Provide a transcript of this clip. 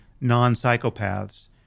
non-psychopaths